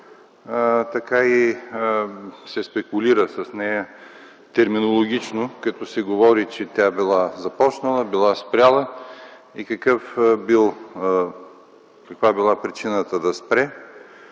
с нея се спекулира терминологично, като се говори, че тя била започнала, била спряла и каква била причината да спре.